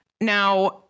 Now